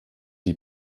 die